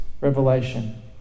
revelation